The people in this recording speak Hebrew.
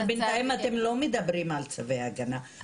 בינתיים אתם לא מדברים על צווי הגנה,